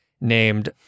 named